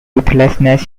ruthlessness